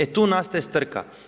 E tu nastaje strka.